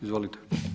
Izvolite.